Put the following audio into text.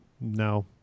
No